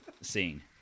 scene